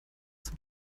zum